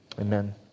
Amen